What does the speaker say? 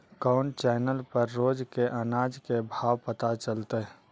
कोन चैनल पर रोज के अनाज के भाव पता चलतै?